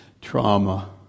trauma